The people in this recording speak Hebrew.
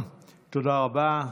תודה רבה.